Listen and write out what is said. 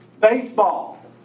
Baseball